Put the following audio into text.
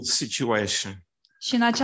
situation